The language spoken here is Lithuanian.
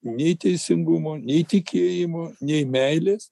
nei teisingumo nei tikėjimo nei meilės